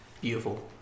beautiful